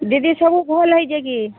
ଦିଦି ସବୁ ଭୁଲ୍ ହେଇଛି କି